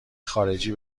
خارجی